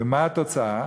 ומה התוצאה?